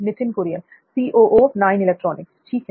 नित्थिन कुरियन ठीक है